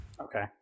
Okay